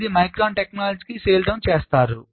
18 micron టెక్నాలజీకి scale down చేసారు